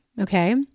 Okay